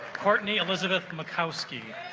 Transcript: courtney elizabeth mackowski